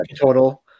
Total